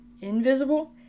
invisible